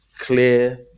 clear